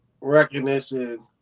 recognition